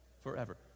Forever